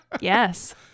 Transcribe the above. Yes